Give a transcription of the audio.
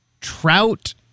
trout